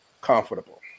comfortable